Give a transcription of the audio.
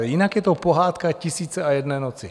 Jinak je to pohádka tisíce a jedné noci.